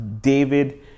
david